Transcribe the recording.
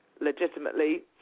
legitimately